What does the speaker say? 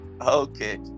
Okay